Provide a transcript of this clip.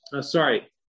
sorry